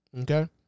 okay